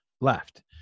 left